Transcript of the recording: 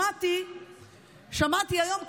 שמעתי היום,